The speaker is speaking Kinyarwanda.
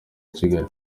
kigali